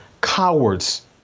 cowards